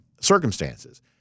circumstances